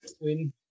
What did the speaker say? win